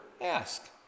ask